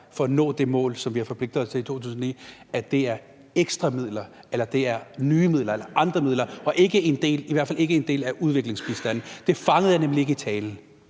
for at nå det mål, vi har forpligtet os til i 2009, er ekstra midler, nye midler eller andre midler og i hvert fald ikke en del af udviklingsbistanden? Det fangede jeg nemlig ikke i talen.